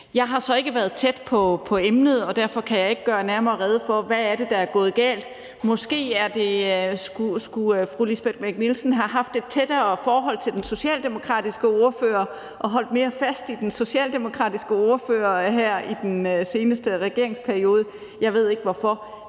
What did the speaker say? Jeg har så ikke været tæt på emnet, og derfor kan jeg ikke gøre nærmere rede for, hvad der er gået galt. Måske skulle fru Lisbeth Bech-Nielsen have haft et tættere forhold til den socialdemokratiske ordfører og holdt mere fast i den socialdemokratiske ordfører her i den seneste regeringsperiode. Jeg ved ikke hvorfor.